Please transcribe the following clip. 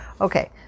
Okay